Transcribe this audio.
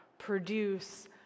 produce